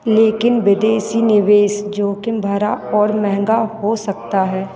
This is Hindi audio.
लेकिन विदेशी निवेश जोखिम भरा और महँगा हो सकता है